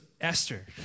Esther